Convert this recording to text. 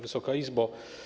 Wysoka Izbo!